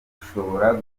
bushobora